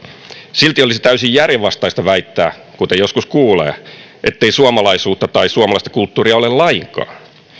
silti olisi täysin järjenvastaista väittää kuten joskus kuulee ettei suomalaisuutta tai suomalaista kulttuuria ole lainkaan